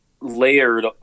layered